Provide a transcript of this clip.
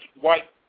white